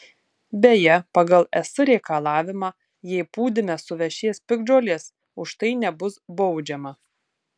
beje pagal es reikalavimą jei pūdyme suvešės piktžolės už tai nebus baudžiama